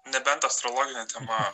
nebent astrologine tema